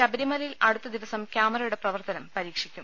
ശബരിമലയിൽ അടുത്ത ദിവസം ക്യാമറയുടെ പ്രവർത്തനം പരീക്ഷിക്കും